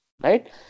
Right